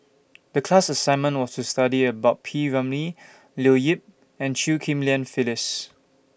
The class assignment was to study about P Ramlee Leo Yip and Chew Ghim Lian Phyllis